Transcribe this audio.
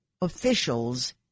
Officials